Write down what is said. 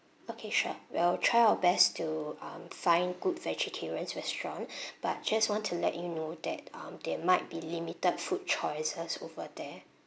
okay sure we'll try our best to um find good vegetarian restaurant but just want to let you know that um there might be limited food choices over there